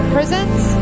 Prisons